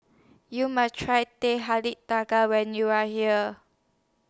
YOU must Try Teh Halia Tarik when YOU Are here